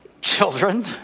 children